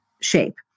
shape